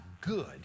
good